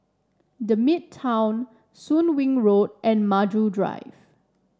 The Midtown Soon Wing Road and Maju Drive